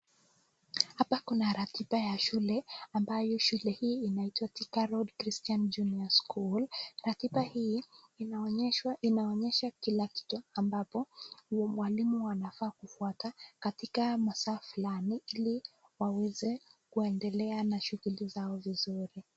Hapa kuna ratiba ya shule ambayo shule hii inaitwa Thika Road Christian junior School. Ratiba hii inaonyesha kila kitu ambapo mwalimu anafaa kufuata katika masafa fulani ili waweze kuendelea na shughuli zao vizuri.